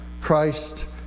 Christ